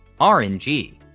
RNG